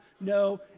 no